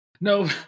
No